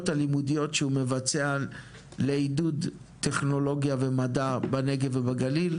הלימודיות שהוא מבצע לעידוד טכנולוגיה ומדע בנגב ובגליל,